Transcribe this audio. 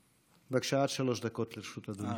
בבקשה, עד שלוש דקות לרשות אדוני.